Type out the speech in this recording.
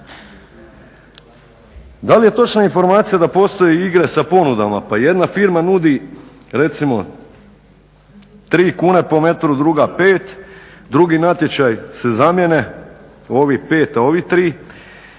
Da li je točna informacija da postoje igre sa ponudama pa jedna firma nudi recimo 3 kune po metru, druga 5, drugi natječaj se zamjene ovi 5, a ovi 3 i